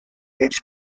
its